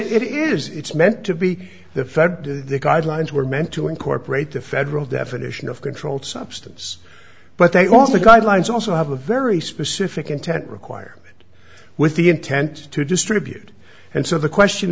it is it's meant to be the fed the guidelines were meant to incorporate the federal definition of controlled substance but they also guidelines also have a very specific intent require it with the intent to distribute and so the question